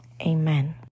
Amen